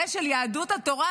זה של יהדות התורה,